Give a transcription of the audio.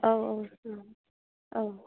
औ औ अ अ